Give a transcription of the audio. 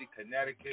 Connecticut